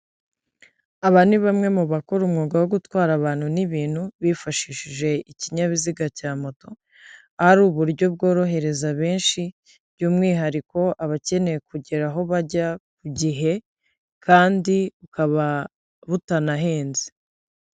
Aba ni bamwe mu bakora umwuga wo gutwara abantu n'ibintu bifashishije ikinyabiziga cya moto, aho ari uburyo bworohereza benshi, by'umwihariko abakeneye kugera aho bajya ku gihe kandi bukaba butanahenze.